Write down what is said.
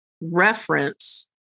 reference